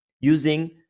using